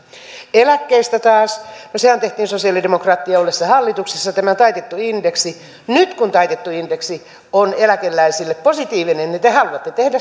eläkkeistä taas no sehän tehtiin sosialidemokraattien ollessa hallituksessa tämä taitettu indeksi nyt kun taitettu indeksi on eläkeläisille positiivinen niin te haluatte